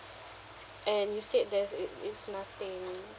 and you said there's it it's nothing